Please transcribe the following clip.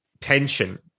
tension